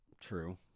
True